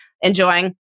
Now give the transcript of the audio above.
enjoying